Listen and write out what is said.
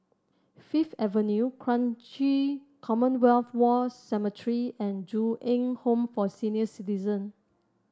Fifth Avenue Kranji Commonwealth War Cemetery and Ju Eng Home for Senior Citizen